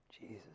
Jesus